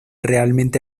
realmente